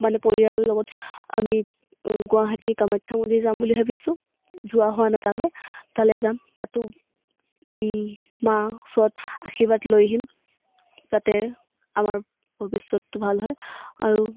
মানে পৰিয়ালৰ লগত আমি গুৱাহাটী কামাখ্যা মন্দিৰ যাম বুলি ভাবিছোঁ যোৱা হোৱা নাই তালৈ তালৈ যাম তাতো মা ওচৰত আশীৰ্বাদ লৈ আহিম যাতে আমাৰ ভৱিষ্যতটো ভাল হয় আৰু